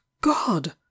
god